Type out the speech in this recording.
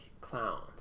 clowns